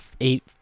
eight